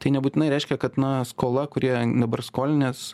tai nebūtinai reiškia kad na skola kurią dabar skolinies